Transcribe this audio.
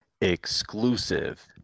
exclusive